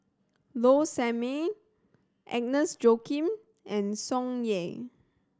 Low Sanmay Agnes Joaquim and Tsung Yeh